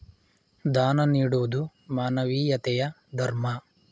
ದಾನ ನೀಡುವುದು ಮಾನವೀಯತೆಯ ಧರ್ಮ